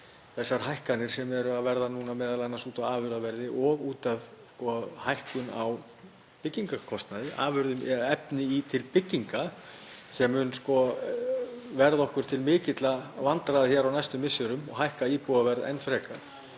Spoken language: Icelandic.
Þessar hækkanir sem eru að verða núna, m.a. út af afurðaverði og út af hækkun á byggingarkostnaði, efni til bygginga, munu verða okkur til mikilla vandræða á næstu misserum og hækka íbúðaverð enn frekar.